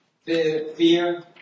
Fear